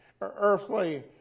earthly